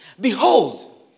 Behold